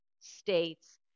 states